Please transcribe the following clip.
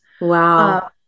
Wow